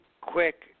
quick